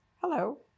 Hello